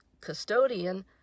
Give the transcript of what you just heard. custodian